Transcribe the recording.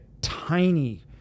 tiny